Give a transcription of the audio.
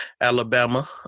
Alabama